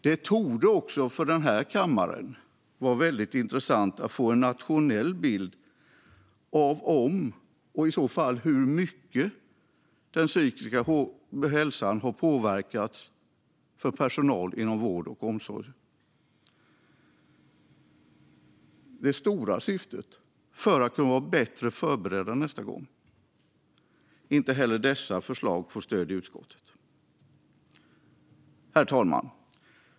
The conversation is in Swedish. Det torde också för den här kammaren vara väldigt intressant att få en nationell bild av om och i så fall hur mycket den psykiska hälsan har påverkats för personal inom vård och omsorg, detta i syfte att kunna vara bättre förberedda nästa gång. Inte heller dessa förslag får stöd i utskottet. Herr talman!